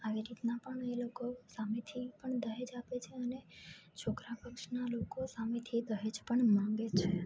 આવી રીતના પણ એ લોકો સામેથી પણ દહેજ આપે છે અને છોકરા પક્ષના લોકો સામેથી એ દહેજ પણ માંગે છે